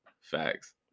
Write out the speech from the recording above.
Facts